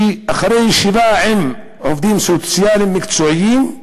אחרי ישיבה עם עובדים סוציאליים מקצועיים,